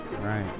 Right